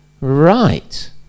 right